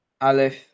Aleph